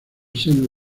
seno